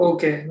Okay